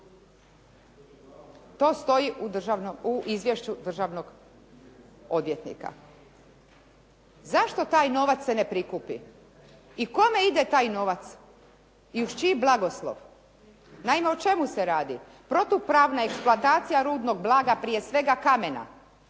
To stoji u izvješću državnog odvjetnika. Zašto taj novac se ne prikupi i kome ide taj novac i uz čiji blagoslov. Naime, o čemu se radi. Protupravna eksploatacija rudnog blaga prije svega kamena